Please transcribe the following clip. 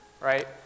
Right